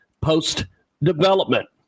post-development